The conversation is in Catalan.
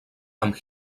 amb